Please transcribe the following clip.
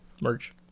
merch